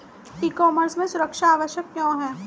ई commerce में सुरक्षा आवश्यक क्यों है?